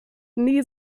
nie